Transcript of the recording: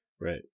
Right